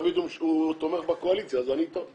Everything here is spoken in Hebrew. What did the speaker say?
תמיד הוא תומך בקואליציה אז אני אתו.